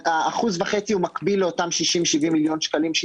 ה-1.5% הוא מקביל לאותם 60-70 מיליון שקלים.